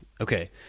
Okay